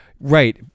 Right